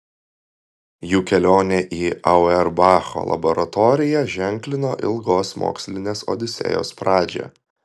jų kelionė į auerbacho laboratoriją ženklino ilgos mokslinės odisėjos pradžią